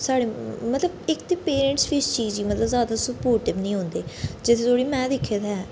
साढ़े मतलब इक पैरेंटस बी इस चीज गी जैदा स्पोर्टिव नेईं होंदे जित्थै धोडी में दिक्खे दा ऐ